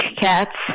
cats